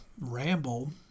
ramble